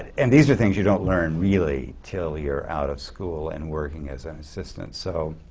and these are things you don't learn really until you're out of school and working as an assistant. so,